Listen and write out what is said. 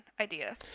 idea